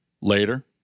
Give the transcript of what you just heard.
later